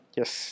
yes